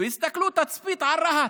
והסתכלו בתצפית על רהט,